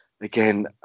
again